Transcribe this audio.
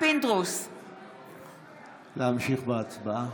אינו נוכח להמשיך בהצבעה,